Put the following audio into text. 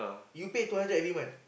you pay two hundred every month